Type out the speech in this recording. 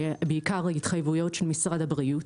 בעיקר התחייבויות של משרד הבריאות,